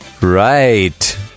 right